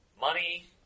money